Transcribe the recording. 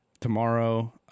tomorrow